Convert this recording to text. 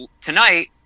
Tonight